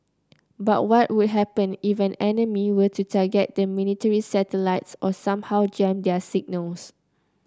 but what would happen if an enemy were to target the military's satellites or somehow jam their signals